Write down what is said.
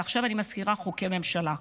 ועכשיו אני מזכירה חוקי ממשלה.